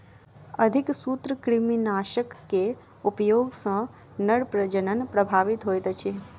अधिक सूत्रकृमिनाशक के उपयोग सॅ नर प्रजनन प्रभावित होइत अछि